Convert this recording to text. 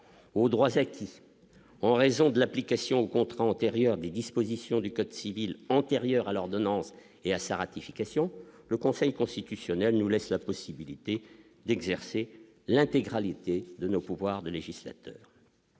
aux droits acquis en raison de l'application contrat antérieur des dispositions du code civil antérieur à l'ordonnance et à sa ratification, le Conseil constitutionnel nous laisse la possibilité d'exercer l'intégralité de nos pouvoirs de législateur,